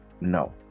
No